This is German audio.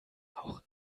auch